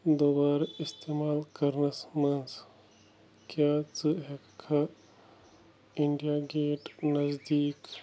دُبارٕ استعمال کرنَس منٛز کیٛاہ ژٕ ہٮ۪کھکا اِنڈیا گیٹ نزدیٖک